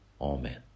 Amen